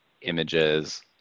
images